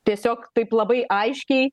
tiesiog taip labai aiškiai